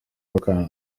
local